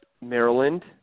Maryland